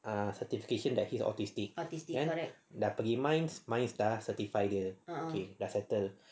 ah certification that he is autistic then dah pergi minds minds dah certify dia dah ah settle